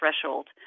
threshold